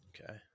Okay